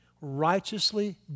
righteously